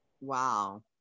Wow